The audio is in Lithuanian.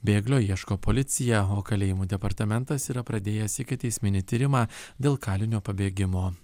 bėglio ieško policija o kalėjimų departamentas yra pradėjęs ikiteisminį tyrimą dėl kalinio pabėgimo